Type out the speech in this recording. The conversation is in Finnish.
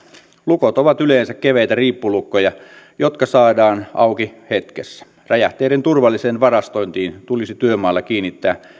lukot ovat yleensä keveitä riippulukkoja jotka saadaan auki hetkessä räjähteiden turvalliseen varastointiin tulisi työmailla kiinnittää